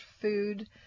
food